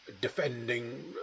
defending